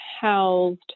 housed